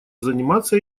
заниматься